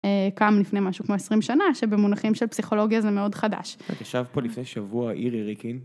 קם לפני משהו כמו 20 שנה, שבמונחים של פסיכולוגיה זה מאוד חדש. ישב פה לפני שבוע אירי ריקין.